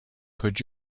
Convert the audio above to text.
could